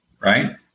right